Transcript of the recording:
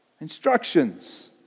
instructions